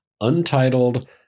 Untitled